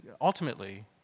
ultimately